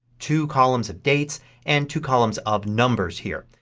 two columns of dates and two columns of numbers here.